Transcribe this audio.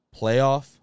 playoff